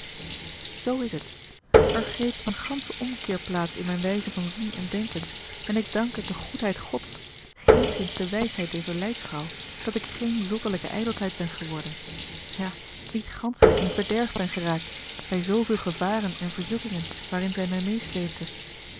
zoo is het er greep een gansche ommekeer plaats in mijne wijze van zien en denken en ik dank het de goedheid gods geenszins de wijsheid dezer leidsvrouw dat ik geene zottelijke ijdeltuit ben geworden ja niet ganschelijk in verderf ben geraakt bij zooveel gevaren en verzoekingen waarin zij mij meêsleepte